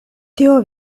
tio